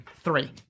Three